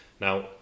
Now